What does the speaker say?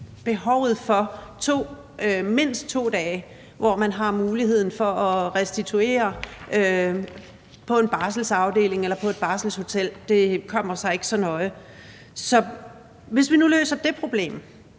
behovet for mindst 2 dage, hvor man har muligheden for at restituere på en barselsafdeling eller på et barselshotel – det kommer sig ikke så nøje. Så hvis nu vi vil løse det problem,